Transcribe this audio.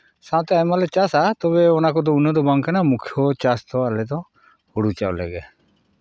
ᱥᱟᱶᱛᱮ ᱟᱭᱢᱟ ᱞᱮ ᱪᱟᱥᱟ ᱛᱚᱵᱮ ᱚᱱᱟ ᱠᱚᱫᱚ ᱩᱱᱟᱹᱜ ᱫᱚ ᱵᱟᱝ ᱠᱟᱱᱟ ᱢᱩᱠᱠᱷᱚ ᱪᱟᱥ ᱫᱚ ᱟᱞᱮ ᱫᱚ ᱦᱩᱲᱩ ᱪᱟᱣᱞᱮ ᱜᱮ